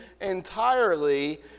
entirely